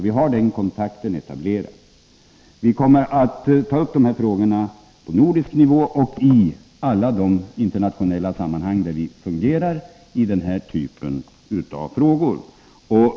Vi har den kontakten etablerad. Vi kommer också att ta upp de här frågorna på nordisk nivå och i alla de internationella sammanhang där man behandlar den här typen av frågor.